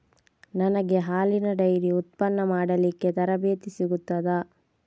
ನನಗೆ ಹಾಲಿನ ಡೈರಿ ಉತ್ಪನ್ನ ಮಾಡಲಿಕ್ಕೆ ತರಬೇತಿ ಸಿಗುತ್ತದಾ?